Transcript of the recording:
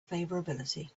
favorability